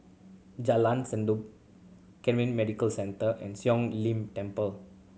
Jalan Sendudok Camden Medical Centre and Siong Lim Temple